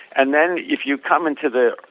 and then if you come into the